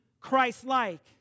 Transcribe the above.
Christ-like